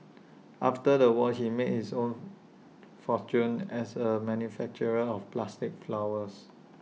after the war he made his own fortune as A manufacturer of plastic flowers